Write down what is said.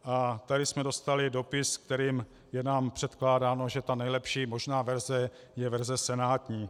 A tady jsme dostali dopis, kterým je nám předkládáno, že ta nejlepší možná verze je verze senátní.